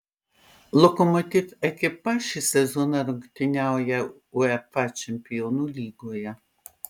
lokomotiv ekipa šį sezoną rungtyniauja uefa čempionų lygoje